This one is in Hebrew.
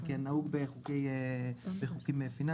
כנהוג בחוקים פיננסיים,